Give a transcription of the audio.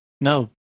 No